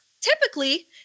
Typically